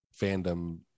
fandom